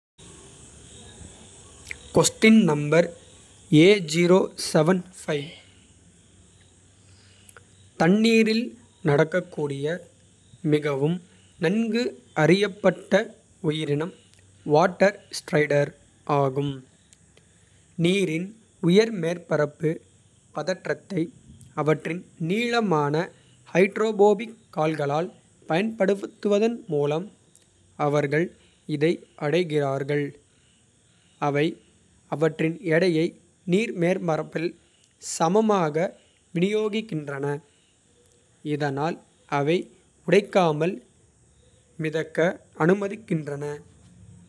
தண்ணீரில் நடக்கக்கூடிய மிகவும் நன்கு அறியப்பட்ட. உயிரினம் வாட்டர் ஸ்ட்ரைடர் ஆகும் நீரின் உயர். மேற்பரப்பு பதற்றத்தை அவற்றின் நீளமான. ஹைட்ரோபோபிக் கால்களால் பயன்படுத்துவதன். மூலம் அவர்கள் இதை அடைகிறார்கள் அவை அவற்றின். எடையை நீர் மேற்பரப்பில் சமமாக விநியோகிக்கின்றன. இதனால் அவை உடைக்காமல் மிதக்க அனுமதிக்கின்றன.